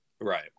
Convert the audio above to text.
right